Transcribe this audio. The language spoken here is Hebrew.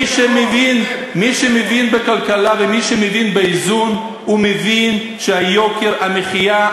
מי שמבין בכלכלה ומי שמבין באיזון מבין שיוקר המחיה,